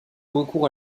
recours